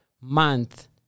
month